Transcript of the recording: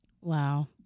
Wow